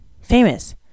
famous